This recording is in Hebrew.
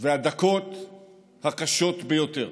הדקות הקשות ביותר